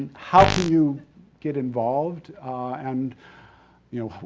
how can you get involved and you know,